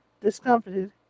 discomfited